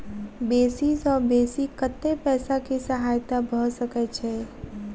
बेसी सऽ बेसी कतै पैसा केँ सहायता भऽ सकय छै?